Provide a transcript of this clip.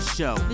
Show